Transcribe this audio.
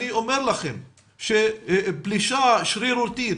אני אומר לכם שפלישה שרירותית,